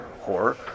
horror